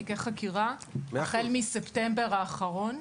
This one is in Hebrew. תיקי חקירה החל מספטמבר האחרון.